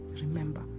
Remember